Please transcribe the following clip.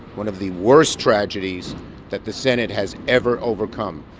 one of the worst tragedies that the senate has ever overcome.